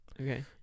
Okay